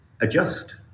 adjust